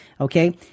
Okay